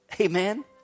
Amen